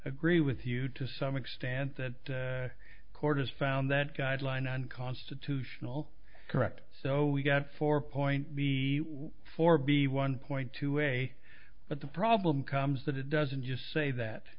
agree with you to some extent that the court has found that guideline unconstitutional correct so we got four point four b one point two way but the problem comes that it doesn't just